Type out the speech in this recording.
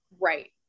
Right